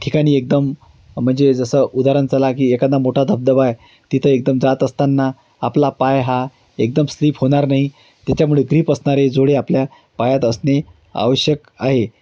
ठिकाणी एकदम म्हणजे जसं उदाहरण चला की एखादा मोठा धबधबा आहे तिथं एकदम जात असताना आपला पाय हा एकदम स्लिप होणार नाही त्याच्यामुळे ग्रीप असणारे जोडे आपल्या पायात असणे आवश्यक आहे